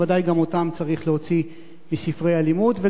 ודאי שגם אותן צריך להוציא מספרי הלימוד,